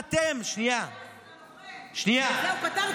בין